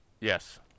Yes